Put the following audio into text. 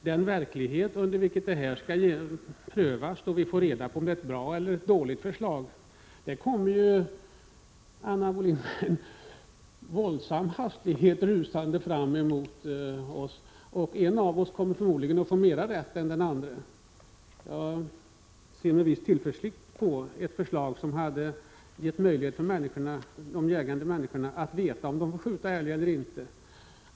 Den verklighet under vilken beslutet skall tillämpas kommer att visa om det är ett bra eller dåligt beslut. En av oss båda kommer förmodligen att få mer rätt än den andra. Jag hade med tillförsikt sett fram mot ett beslut som gett jägarna möjlighet att veta om de får skjuta älg eller inte.